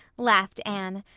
laughed anne,